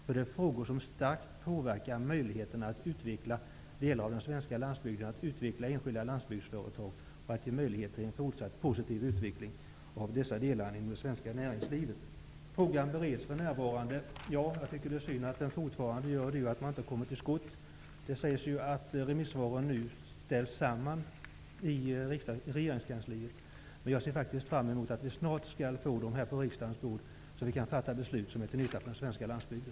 Det är frågor som starkt påverkar möjligheterna att utveckla delar av den svenska landsbygden, att utveckla enskilda landsbygdsföretag och att fortsätta en positiv utveckling av dessa delar inom det svenska näringslivet. Frågan bereds för närvarande, och jag tycker att det är synd att man ännu inte har kommit till skott. Det sägs att remissvaren nu ställs samman i regeringskansliet. Jag ser fram mot att vi snart skall få förslag på riksdagens bord, så att vi kan fatta beslut som är till nytta för den svenska landsbygden.